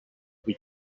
vuit